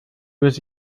was